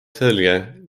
selge